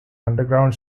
underground